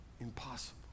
impossible